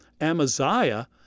Amaziah